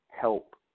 help